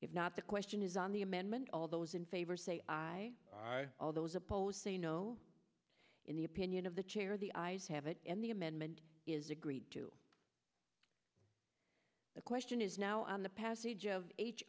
if not the question is on the amendment all those in favor say aye all those opposed say no in the opinion of the chair the eyes have it and the amendment is agreed to the question is now on the passage of